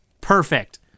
perfect